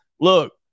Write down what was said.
look